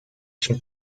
sont